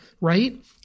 right